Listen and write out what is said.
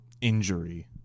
injury